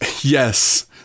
Yes